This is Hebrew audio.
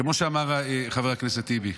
כמו שאמר חבר הכנסת טיבי,